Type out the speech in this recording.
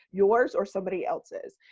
yours or somebody else's.